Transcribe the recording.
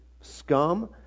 scum